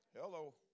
Hello